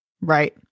right